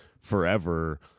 forever